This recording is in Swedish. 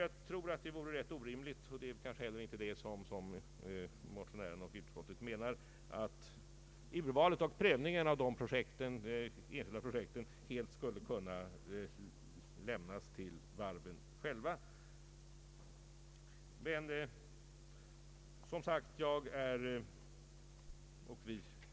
Jag tror att det vore rätt orimligt — och det är kanske inte heller vad motionärerna och utskottet menar — om urvalet och prövningen av dessa enskilda projekt helt skulle lämnas till varven själva.